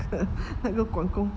那个管工